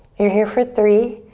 you're here for three.